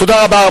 תודה רבה.